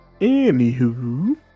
Anywho